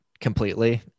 completely